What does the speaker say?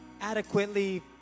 adequately